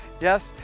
Yes